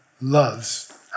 loves